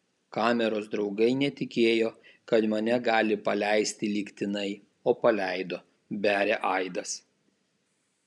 kameros draugai netikėjo kad mane gali paleisti lygtinai o paleido beria aidas